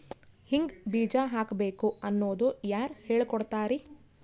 ಹಿಂಗ್ ಬೀಜ ಹಾಕ್ಬೇಕು ಅನ್ನೋದು ಯಾರ್ ಹೇಳ್ಕೊಡ್ತಾರಿ?